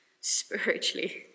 spiritually